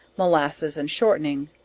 molasses and shortening,